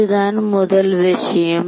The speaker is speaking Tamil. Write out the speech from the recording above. இதுதான் முதல் விஷயம்